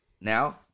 Now